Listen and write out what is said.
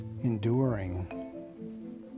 enduring